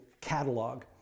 catalog